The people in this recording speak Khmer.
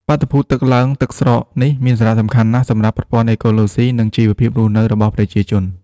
បាតុភូតទឹកឡើងទឹកស្រកនេះមានសារៈសំខាន់ណាស់សម្រាប់ប្រព័ន្ធអេកូឡូស៊ី និងជីវភាពរស់នៅរបស់ប្រជាជន។